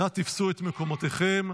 תפסו נא את מקומותיכם.